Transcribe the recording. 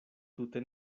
tute